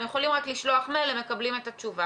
הם צריכים רק לשלוח מייל והם מקבלים את התשובה,